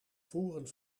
voeren